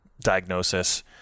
Diagnosis